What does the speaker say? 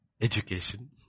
Education